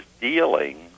dealing